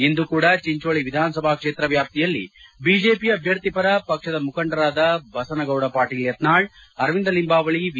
ಇಂದು ಕೂಡ ಚೆಂಚೋಳಿ ವಿಧಾನಸಭಾ ಕ್ಷೇತ್ರ ವ್ಯಾಪ್ತಿಯಲ್ಲಿ ಬಿಜೆಪಿ ಅಭ್ಯರ್ಥಿ ಪರ ಪಕ್ಷದ ಮುಖಂಡರಾದ ಬಸನಗೌಡ ಪಾಟೀಲ್ ಯತ್ನಾಳ್ ಅರವಿಂದ ಲಿಂಬಾವಳಿ ವಿ